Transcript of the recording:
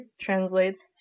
translates